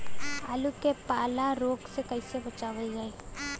आलू के पाला रोग से कईसे बचावल जाई?